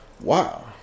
Wow